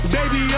Baby